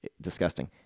disgusting